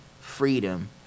freedom